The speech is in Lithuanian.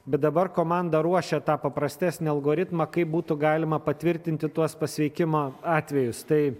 bet dabar komanda ruošia tą paprastesnį algoritmą kaip būtų galima patvirtinti tuos pasveikimo atvejus tai